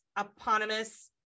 eponymous